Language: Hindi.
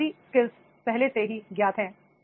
तो बुनियादी स्किल्स पहले से ही ज्ञात हैं